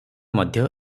ମଧ୍ୟ